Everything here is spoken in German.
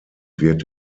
wird